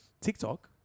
TikTok